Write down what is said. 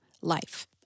life